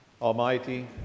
Almighty